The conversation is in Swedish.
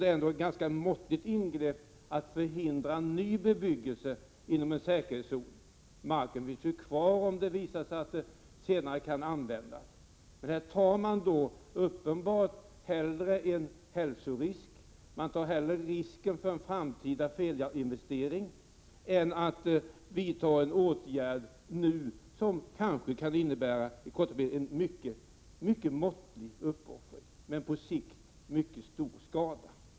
Det är också ett ganska måttligt ingrepp att förhindra ny bebyggelse inom en säkerhetszon. Marken finns ju kvar, om det senare visar sig att den kan användas. Här accepterar man hellre en hälsorisk och en risk för framtida felinvesteringar än att nu vidta en åtgärd, som innebär en mycket måttlig uppoffring men som på sikt kan innebära att man slipper stor skada.